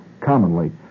commonly